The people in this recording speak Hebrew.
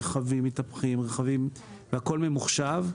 רכבים מתהפכים והכול ממוחשב.